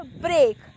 break